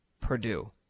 Purdue